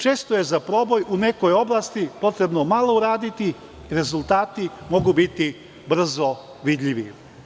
Često je za proboj u nekoj oblasti potrebno malo uraditi a rezultati mogu biti brzo vidljivi.